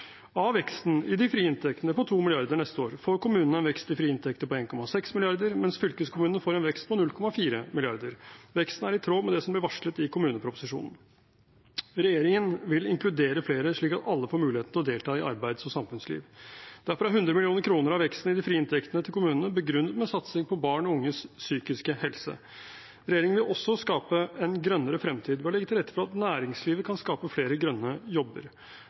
Av veksten i de frie inntektene på 2 mrd. kr neste år får kommunene en vekst i frie inntekter på 1,6 mrd. kr, mens fylkeskommunene får en vekst på 0,4 mrd. kr. Veksten er i tråd med det som ble varslet i kommuneproposisjonen. Regjeringen vil inkludere flere, slik at alle får muligheten til å delta i arbeids- og samfunnsliv. Derfor er 100 mill. kr av veksten i de frie inntektene til kommunene begrunnet med satsing på barn og unges psykiske helse. Regjeringen vil også skape en grønnere fremtid ved å legge til rette for at næringslivet kan skape flere grønne jobber.